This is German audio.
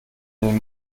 den